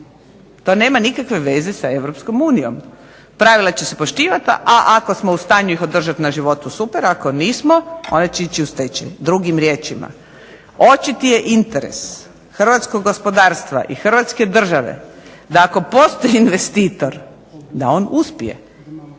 to nema nikakve veze sa Europskom unijom. Pravila će se poštivati pa ako ih uspijemo održati na životu super, ako nismo onda će ići u stečaj, drugim riječima, očiti je interes Hrvatske države da ako postoji investitor, da on uspije.